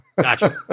Gotcha